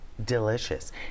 Delicious